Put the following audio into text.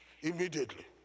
immediately